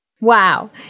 Wow